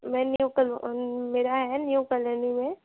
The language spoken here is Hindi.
मैं न्यू मेरा है न्यू कॉलोनी में